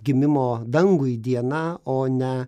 gimimo dangui diena o ne